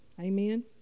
Amen